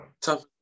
Tough